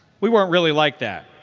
we weren't really like that.